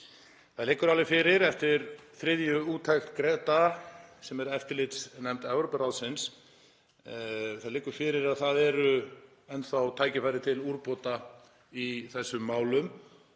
Það liggur alveg fyrir eftir þriðju úttekt GRETA, sem er eftirlitsnefnd Evrópuráðsins, að það eru enn þá tækifæri til úrbóta í þessum málum